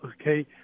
Okay